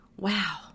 wow